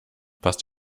passt